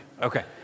Okay